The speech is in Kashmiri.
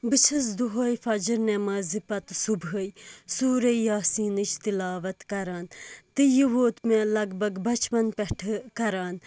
بہٕ چھَس دۄہے فَجَر نٮ۪مازِ پَتہٕ صُبحے سورُے یاسینٕچ تِلاوَت کَران تہٕ یہِ ووت مےٚ لَگ بَگ بَچپَن پیٚٹھٕ کَران